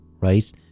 right